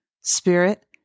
Spirit